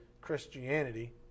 Christianity